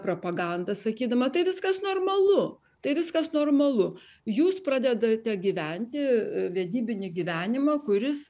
propaganda sakydama tai viskas normalu tai viskas normalu jūs pradedate gyventi vedybinį gyvenimą kuris